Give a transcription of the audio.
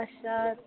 अच्छा